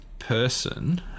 person